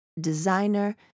designer